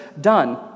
done